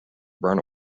burn